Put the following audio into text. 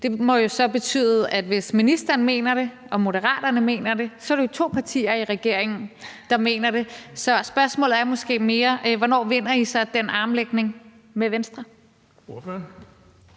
det må jo så betyde, at hvis ministeren mener det, og hvis Moderaterne mener det, så er det jo to partier i regeringen, der mener det. Så spørgsmålet er måske mere: Hvornår vinder I så den armlægning med Venstre?